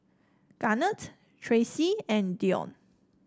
Garnet Traci and Dion